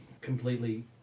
completely